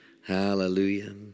Hallelujah